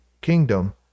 kingdom